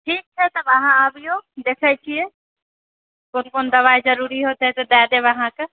ठीक छै तब अहाँ आबिऔ देखैत छिऐ कोन कोन दबाइ जरूरी होतै तऽ दए देब अहाँकेँ